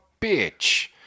bitch